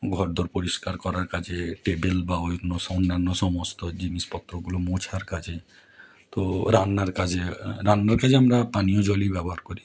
ঘরদোর পরিষ্কার করার কাজে টেবিল বা অন্য অন্যান্য সমস্ত জিনিসপত্রগুলো মোছার কাজে তো রান্নার কাজে রান্নার কাজে আমরা পানীয় জলই ব্যবহার করি